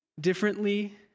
differently